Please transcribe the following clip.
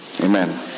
Amen